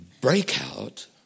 breakout